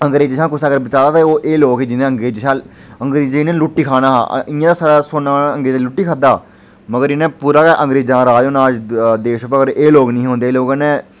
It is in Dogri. अंग्रेजे शा कुसै अगर बचाया हा ते ओह् एह् लोक हे जि'नें अंग्रेजें शा अंग्रेजें इनें लुट्टी खाना हा इ'यां सुनना अंग्रेजे लूटी खाद्धा मगर इनें पूरा गै अंग्रेजे दा राज होना हा अज्ज देश पर अगर एह् लोक नेईं हे एह् लोक न